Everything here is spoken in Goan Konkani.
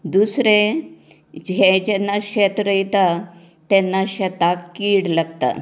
दुसरें हे जेन्ना शेत रोयता तेन्ना शेताक कीड लागता